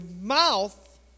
mouth